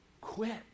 quit